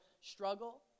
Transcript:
struggle